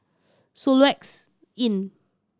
Soluxe Inn